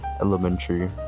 Elementary